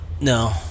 No